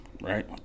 right